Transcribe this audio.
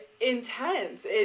intense